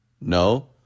No